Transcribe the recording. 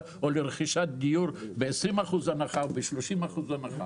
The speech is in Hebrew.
או לרכישת דיור ב-20% או 30% הנחה.